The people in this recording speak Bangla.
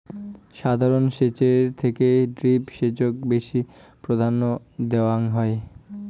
সাধারণ সেচের থেকে ড্রিপ সেচক বেশি প্রাধান্য দেওয়াং হই